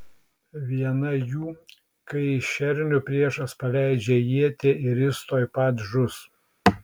viena jų kai į šernių priešas paleidžia ietį ir jis tuoj pat žus